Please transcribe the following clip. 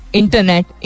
internet